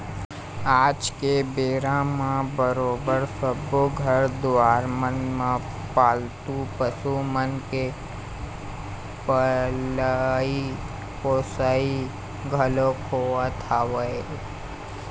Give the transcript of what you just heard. आज के बेरा म बरोबर सब्बो घर दुवार मन म पालतू पशु मन के पलई पोसई घलोक होवत हवय